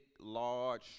large